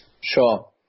Sure